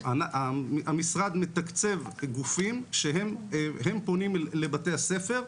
המשרד מתקצב גופים שפונים לבתי הספר.